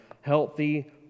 healthy